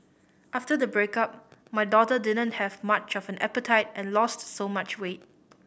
after the breakup my daughter didn't have much of an appetite and lost so much weight